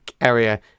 area